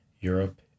Europe